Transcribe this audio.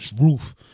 Roof